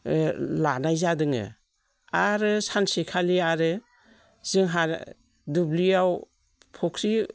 लानाय जादों आरो सानसेखालि आरो जोंहा दुब्लियाव फुख्रि